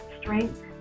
strength